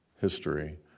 history